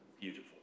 beautiful